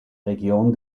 region